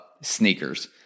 sneakers